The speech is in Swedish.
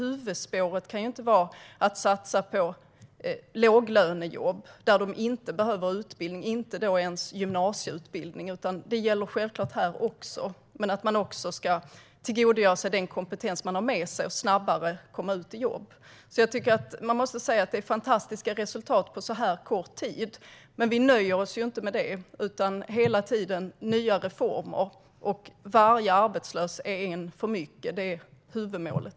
Huvudspåret kan inte vara att satsa på låglönejobb, där man inte behöver utbildning, inte ens gymnasieutbildning. Man ska också tillgodogöra sig den kompetens man har med sig och snabbare komma ut i jobb. Jag tycker att man måste säga att det är fantastiska resultat på så här kort tid. Men vi nöjer oss inte med det. Det är hela tiden nya reformer - varje arbetslös är en för mycket. Det är huvudmålet.